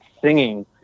singing